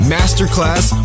Masterclass